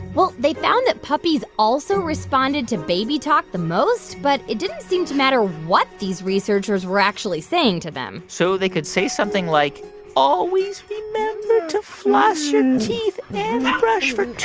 well, they found that puppies also responded to baby talk the most, but it didn't seem to matter what these researchers were actually saying to them so they could say something like always remember to floss your and teeth and brush for